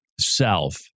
self